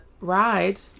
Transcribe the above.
ride